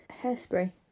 Hairspray